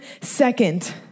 second